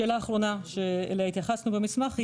שאלה אחרונה שאליה התייחסנו במסמך היא